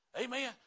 Amen